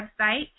website